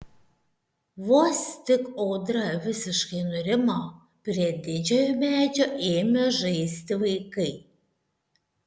vos tik audra visiškai nurimo prie didžiojo medžio ėmė žaisti vaikai